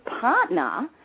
partner